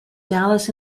dallas